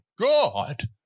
God